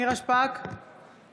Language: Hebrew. נגד עאידה